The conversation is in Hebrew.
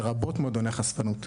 לרבות מועדוני חשפנות.